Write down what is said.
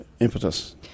impetus